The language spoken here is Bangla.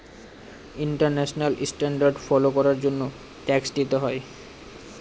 ইন্টারন্যাশনাল স্ট্যান্ডার্ড ফলো করার জন্য ট্যাক্স দিতে হয়